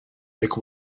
make